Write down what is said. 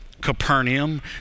Capernaum